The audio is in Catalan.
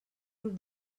grup